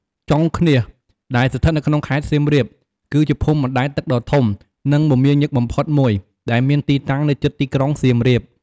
ចុងឃ្នាស ដែលស្ថិតនៅក្នុង ខេត្តសៀមរាប គឺជាភូមិបណ្ដែតទឹកដ៏ធំ និងមមាញឹកបំផុតមួយ ដែលមានទីតាំងនៅជិតទីក្រុងសៀមរាប។